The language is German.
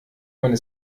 meine